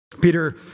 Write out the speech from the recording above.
Peter